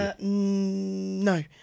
No